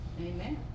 Amen